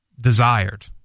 desired